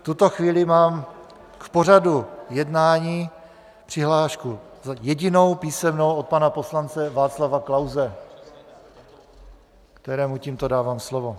V tuto chvíli mám k pořadu jednání přihlášku jedinou písemnou od pana poslance Václava Klause, kterému tímto dávám slovo.